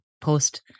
post